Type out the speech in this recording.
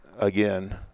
again